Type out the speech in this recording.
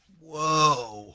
Whoa